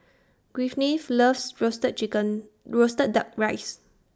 Gwyneth loves Roasted Chicken Roasted Duck Rice